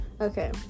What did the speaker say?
okay